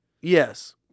Yes